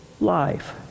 life